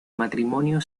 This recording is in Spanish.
matrimonio